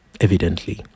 evidently